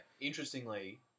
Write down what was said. Interestingly